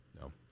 no